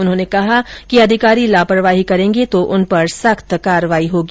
उन्होंने कहा कि अधिकारी लापरवाही करेगा तो उस पर सख्त कार्रवाई होगी